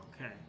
Okay